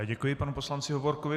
Děkuji panu poslanci Hovorkovi.